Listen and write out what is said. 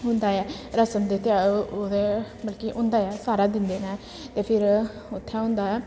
होंदा ऐ रसम दे ओह्दे मतलब कि होंदा ऐ सारा दिंदे न ते फिर उत्थै होंदा ऐ